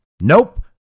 Nope